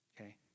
okay